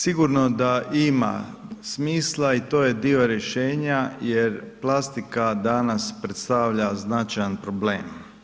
Sigurno da ima smisla i to je dio rješenja jer plastika danas predstavlja značajan problem.